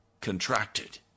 contracted